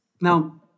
Now